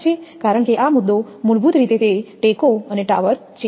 કારણ કે આ મુદ્દો મૂળભૂત રીતે તે ટેકો અને ટાવર છે